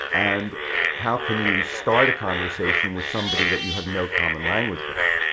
and how can you start a conversation with somebody that you have no common language with?